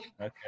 Okay